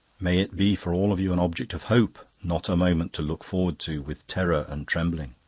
may it be for all of you an object of hope, not a moment to look forward to with terror and trembling.